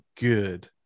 good